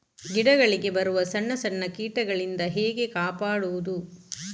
ಗಿಡಗಳಿಗೆ ಬರುವ ಸಣ್ಣ ಸಣ್ಣ ಕೀಟಗಳಿಂದ ಹೇಗೆ ಕಾಪಾಡುವುದು?